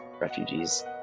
refugees